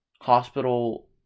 Hospital